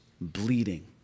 bleeding